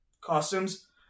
costumes